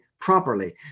properly